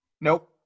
Nope